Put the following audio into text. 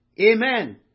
Amen